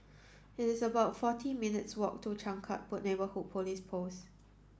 it is about forty minutes' walk to Changkat Neighbourhood Police Post